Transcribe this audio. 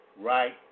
right